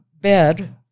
bed